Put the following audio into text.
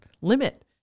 limit